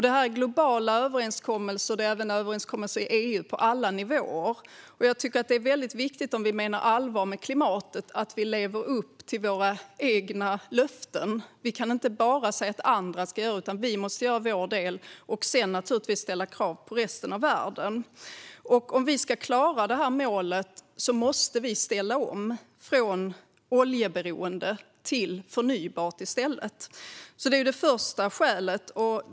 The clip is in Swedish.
Detta är globala överenskommelser, och det är en överenskommelse i EU på alla nivåer. Om vi menar allvar med klimatet tycker jag att det är mycket viktigt att vi lever upp till våra egna löften. Vi kan inte bara säga att andra ska göra detta, utan vi måste gör vår del och sedan naturligtvis ställa krav på resten av världen. Om vi ska klara detta mål måste vi ställa om från oljeberoende till förnybart. Det är alltså det första skälet.